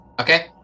Okay